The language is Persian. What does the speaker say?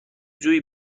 جویی